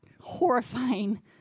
horrifying